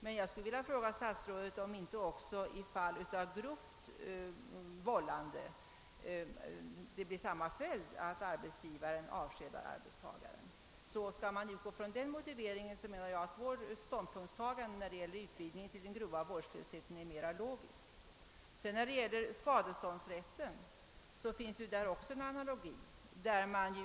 Men jag skulle vilja fråga statsrådet om inte också i fall av grovt vållande följden blir att arbetsgivaren avskedar arbetstagaren. Om man skall utgå från stats rådets motivering, menar jag att vårt ståndpunktstagande när det gäller utvidgningen till den grova vårdslösheten är mera logiskt. Vad beträffar skadeståndsrätten finns det där också en analogi.